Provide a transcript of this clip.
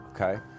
Okay